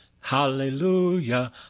Hallelujah